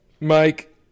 Mike